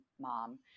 mom